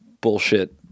bullshit